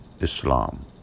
Islam